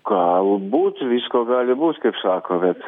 galbūt visko gali būt kaip sako bet